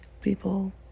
people